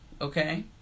Okay